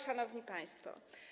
Szanowni Państwo!